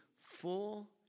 full